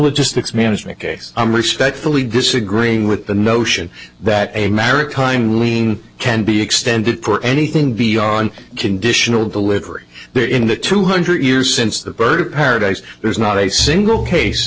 logistics management case i'm respectfully disagree with the notion that a maritime ruling can be extended for anything beyond conditional delivery there in the two hundred years since the bird of paradise there's not a single case